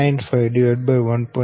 14951